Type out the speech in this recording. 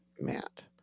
Matt